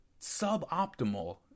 suboptimal